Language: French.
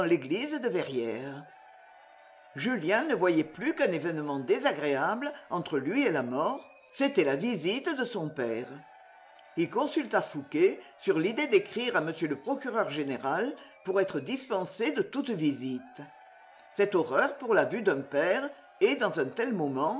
l'église de verrières julien ne voyait plus qu'un événement désagréable entre lui et la mort c'était la visite de son père il consulta fouqué sur l'idée d'écrire à m le procureur général pour être dispensé de toute visite cette horreur pour la vue d'un père et dans un tel moment